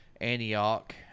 Antioch